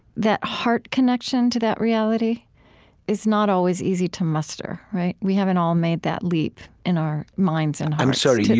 that heart connection to that reality is not always easy to muster, right? we haven't all made that leap in our minds and hearts i'm sorry,